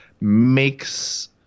makes